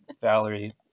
Valerie